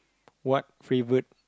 what favorite